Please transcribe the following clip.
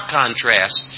contrast